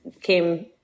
came